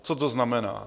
Co to znamená?